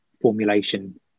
formulation